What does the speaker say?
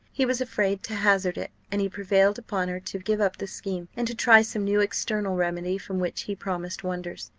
he was afraid to hazard it, and he prevailed upon her to give up the scheme, and to try some new external remedy from which he promised wonders.